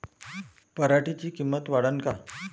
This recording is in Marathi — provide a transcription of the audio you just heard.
पराटीची किंमत वाढन का?